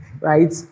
Right